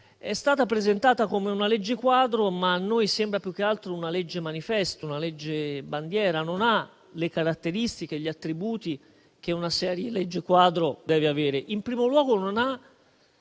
è stata presentata come una legge quadro, ma a noi sembra più che altro una legge manifesto, una legge bandiera: non ha le caratteristiche e gli attributi che una seria legge quadro deve avere. In primo luogo, non ha